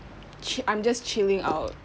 chi~ I'm just chilling out